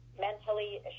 mentally